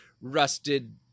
rusted